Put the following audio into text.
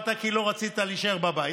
באת כי לא רצית להישאר בבית,